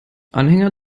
anhänger